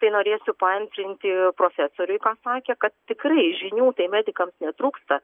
tai norėsiu paantrinti profesoriui ką sakė kad tikrai žinių tai medikams netrūksta